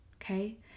okay